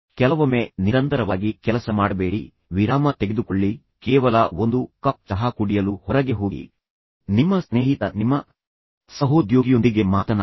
ಕೆಲವೊಮ್ಮೆ ನಿರಂತರವಾಗಿ ಕೆಲಸ ಮಾಡಬೇಡಿ ವಿರಾಮ ತೆಗೆದುಕೊಳ್ಳಿ ಕೇವಲ ಒಂದು ಕಪ್ ಚಹಾ ಕುಡಿಯಲು ಹೊರಗೆ ಹೋಗಿ ನಿಮ್ಮ ಸ್ನೇಹಿತ ನಿಮ್ಮ ಸಹೋದ್ಯೋಗಿಯೊಂದಿಗೆ ಮಾತನಾಡಿ